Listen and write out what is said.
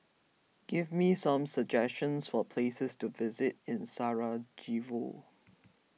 give me some suggestions for places to visit in Sarajevo